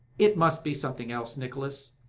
it must be something else, nicholas,